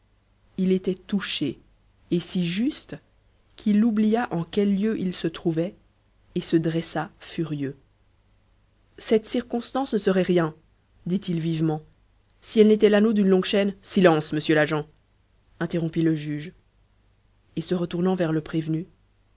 il était touché et si juste qu'il oublia en quel lieu il se trouvait et se dressa furieux cette circonstance ne serait rien dit-il vivement si elle n'était l'anneau d'une longue chaîne silence monsieur l'agent interrompit le juge et se retournant vers le prévenu